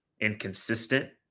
inconsistent